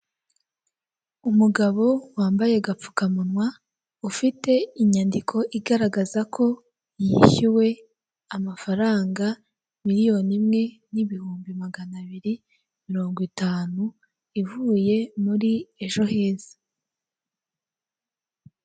Umugabo wambaye agapfukamunwa, ufite inyandiko igaragaza ko yishyuwe amafaranga miliyoni imwe n'ibihumbi maganabiri mirongwitanu, ivuye muri ejo heza.